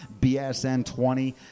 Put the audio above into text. BSN20